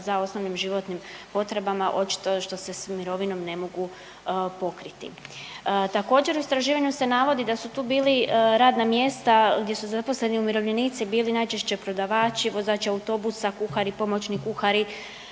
za osnovnim životnim potrebama očito što se s mirovinom ne mogu pokriti. Također u istraživanju se navodi da su tu bili radna mjesta gdje su zaposleni umirovljenici bili najčešće prodavači, vozači autobusa, kuhari, pomoći kuhari,